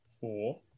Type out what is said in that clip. four